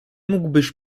mógłbyś